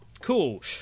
Cool